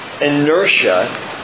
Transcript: inertia